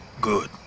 good